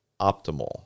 optimal